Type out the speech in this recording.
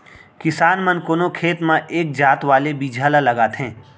किसान मन कोनो खेत म एक जात वाले बिजहा ल लगाथें